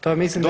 To mislim da…